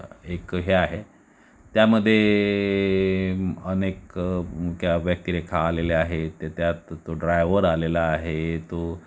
एक हे आहे त्यामध्ये अनेक त्या व्यक्तिरेखा आलेल्या आहेत त्यात तो ड्रायवर आलेला आहे तो